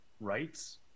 Rights